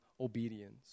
obedience